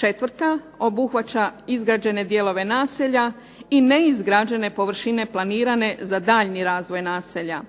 Četvrta obuhvaća izgrađene dijelove naselja i neizgrađene površine planirane za daljnji razvoj naselja.